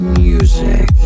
music